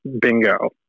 Bingo